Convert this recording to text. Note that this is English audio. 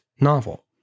novel